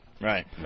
right